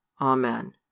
Amen